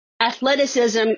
athleticism